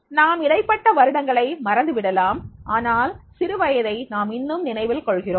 நாம் இடைப்பட்ட வருடங்களை மறந்து விடலாம் ஆனால் சிறுவயதை நாம் இன்னும் நினைவில் கொள்கிறோம்